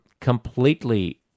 completely